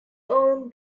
own